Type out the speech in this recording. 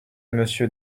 monsieur